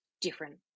different